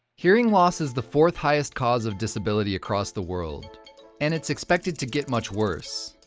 hearing loss is the fourth highest cause of disability across the world and it's expected to get much worse.